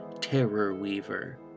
terror-weaver